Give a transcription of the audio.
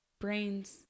brains